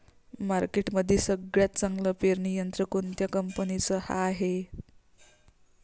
मार्केटमंदी सगळ्यात चांगलं पेरणी यंत्र कोनत्या कंपनीचं हाये?